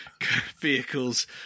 vehicles